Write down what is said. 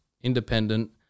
independent